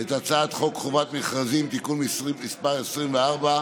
לרשום את הנישואים גם בחו"ל עקב משבר הקורונה,